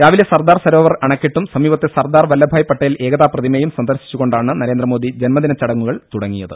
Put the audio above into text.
രാവിലെ സർദാർ സരോവർ അണക്കെട്ടും സമീപത്തെ സർദാർ വല്ലഭായ് പട്ടേൽ ഏകതാ പ്രതിമയും സന്ദർശിച്ചുകൊണ്ടാണ് നരേന്ദ്രമോദി ജന്മദിനചടങ്ങുകൾ തുടങ്ങിയത്